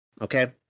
okay